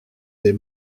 des